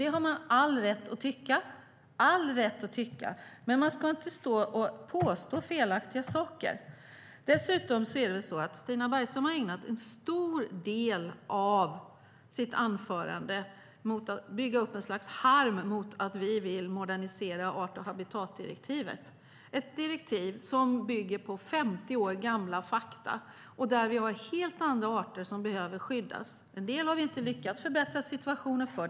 Det har man all rätt att tycka, men man ska inte komma med felaktiga påståenden. Stina Bergström har ägnat en stor del av sitt anförande åt att bygga upp något slags harm mot att vi vill modernisera art och habitatdirektivet, ett direktiv som bygger på 50 år gamla fakta, där vi har helt andra arter som behöver skyddas. En del har vi inte lyckats förbättra situationen för.